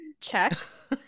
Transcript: checks